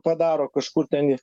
padaro kažkur ten